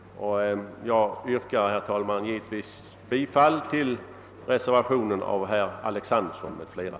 Herr talman! Jag ber att få yrka bifall till reservationen av herr Alexanderson m.fl.